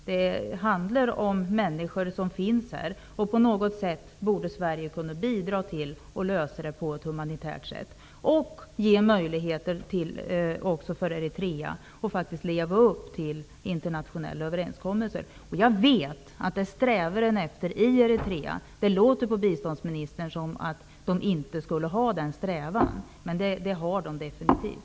Det handlar om människor som finns här. Sverige borde på något sätt kunna bidra till att lösa problemet och till att ge möjligheter också för Eritrea att leva upp till internationella överenskommelser. Jag vet att detta är en strävan i Eritrea. Det låter på biståndsministern som att man inte skulle ha den strävan, men det har man definitivt.